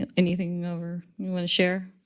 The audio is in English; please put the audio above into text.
and anything over you want to share?